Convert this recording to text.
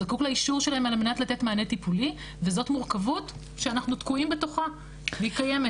לתת מענה טיפולי וזאת מורכבות שאנחנו תקועים בתוכה והיא קיימת.